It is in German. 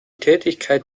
tätigkeit